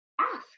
Ask